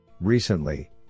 Recently